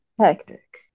hectic